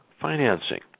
financing